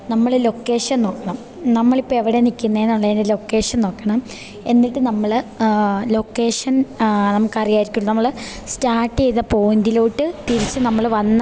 നമ്മൾ ലൊക്കേഷൻ നോക്കണം നമ്മൾ ഇപ്പോൾ എവിടെ നിൽക്കുന്നത് എന്ന് ഉള്ളതിൻ്റെ ലൊക്കേഷൻ നോക്കണം എന്നിട്ട് നമ്മൾ ലൊക്കേഷൻ നമുക്ക് അറിയാമായിരിക്കും നമ്മൾ സ്റ്റാർട്ട് ചെയ്ത പോയിൻറ്റിലോട്ട് തിരിച്ച് നമ്മൾ വന്ന്